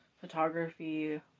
photography